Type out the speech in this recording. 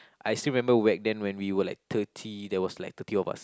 I still remember back then when we were like thirty there was like thirty of us